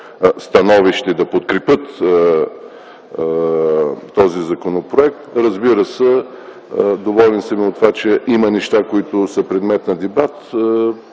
становище да подкрепят този законопроект. Доволен съм и от това, че има неща, които са предмет на дебат.